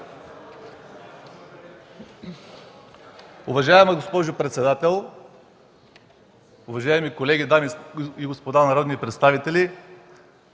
Уважаеми господин председател, уважаеми дами и господа народни представители!